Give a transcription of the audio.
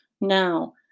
Now